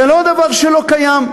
זה לא דבר שלא קיים.